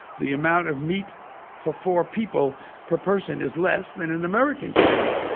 the amount of meat for four people per person is less than an american cookbook.